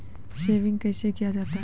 Saving कैसै किया जाय?